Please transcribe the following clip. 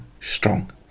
strong